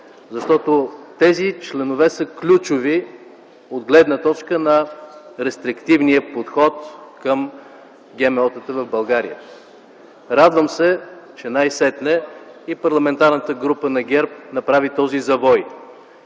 защото тези членове са ключови от гледна точка на рестриктивния подход към ГМО-тата в България. Радвам се, че най-сетне и Парламентарната група на ГЕРБ направи този завой